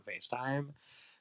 FaceTime